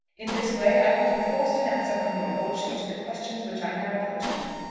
in this way i could have forced an answer from your lordship to the questions which i now put to you.